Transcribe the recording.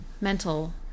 mental